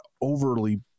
overly